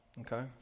okay